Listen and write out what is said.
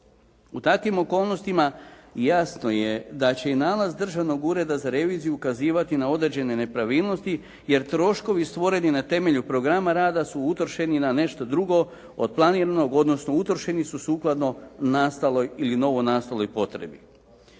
U takvim okolnostima jasno je da će i nalaz Državnog ureda za reviziju ukazivati na određene nepravilnosti jer troškovi stvoreni na temelju programa rada su utrošeni na nešto drugo od planiranog odnosno utrošeno su sukladno nastaloj ili novonastaloj potrebi.